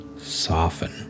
soften